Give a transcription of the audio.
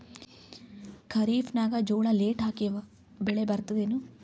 ಖರೀಫ್ ನಾಗ ಜೋಳ ಲೇಟ್ ಹಾಕಿವ ಬೆಳೆ ಬರತದ ಏನು?